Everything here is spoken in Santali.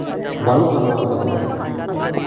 ᱵᱟᱹᱱᱩᱜᱼᱟ ᱱᱚᱣᱟ ᱠᱚ ᱡᱤᱱᱤᱥ ᱫᱚ